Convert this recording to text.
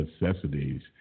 Necessities